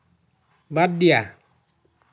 বাদ দিয়া